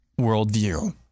worldview